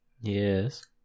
Yes